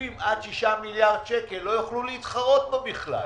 שגופים עד שישה מיליארד שקל לא יוכלו להתחרות בו בכלל.